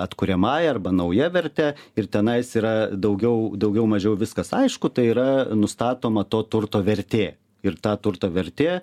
atkuriamąja arba nauja verte ir tenais yra daugiau daugiau mažiau viskas aišku tai yra nustatoma to turto vertė ir ta turto vertė